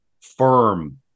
firm